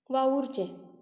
वावुरचें